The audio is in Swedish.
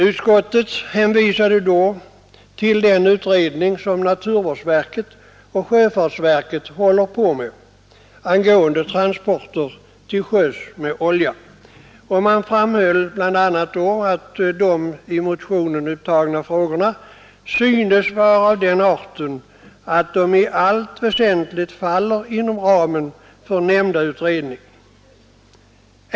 Utskottet hänvisade då till den utredning som naturvårdsverket och sjöfartsverket håller på med angående transporter till sjöss med olja, och man framhöll bl.a. att de i motionen upptagna frågorna ”synes vara av den arten att de i allt väsentligt faller inom ramen för nämnda utredning”.